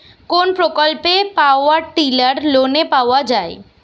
কোন প্রকল্পে power tiller লোনে পাওয়া য়ায়?